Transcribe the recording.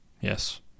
Yes